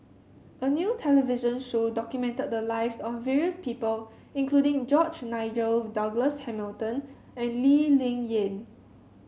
a new television show documented the lives of various people including George Nigel Douglas Hamilton and Lee Ling Yen